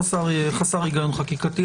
חסר היגיון חקיקתי.